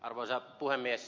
arvoisa puhemies